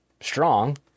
strong